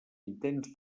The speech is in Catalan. intents